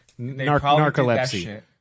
narcolepsy